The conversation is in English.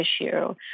issue